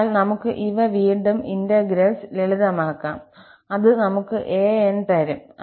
അതിനാൽ നമുക്ക് ഇവ വീണ്ടും ഇന്റഗ്രൽസ് ലളിതമാക്കാം അത് നമുക്ക് 𝑎n തരും